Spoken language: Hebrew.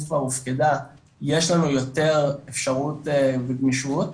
כבר הופקדה יש לנו יותר אפשרות בגמישות,